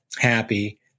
happy